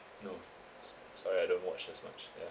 no sorry I don't watch as much ya